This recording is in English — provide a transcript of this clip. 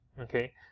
okay